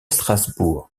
strasbourg